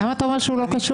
למה אתה אומר שהוא לא קשוב?